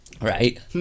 Right